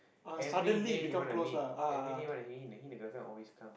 every day he wanna meet every day he wanna he he and the girlfriend always come